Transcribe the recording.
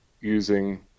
using